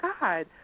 God